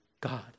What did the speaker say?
God